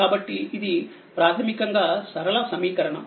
కాబట్టి ఇది ప్రాథమికంగాసరళ సమీకరణం